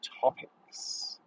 topics